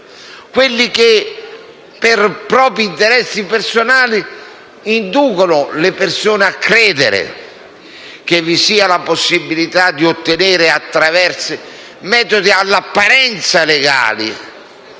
quelli che, per propri interessi personali, inducono le persone a credere che vi sia la possibilità di ottenere qualcosa attraverso metodi all'apparenza legali,